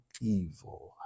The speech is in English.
evil